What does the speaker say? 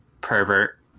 pervert